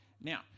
Now